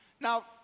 now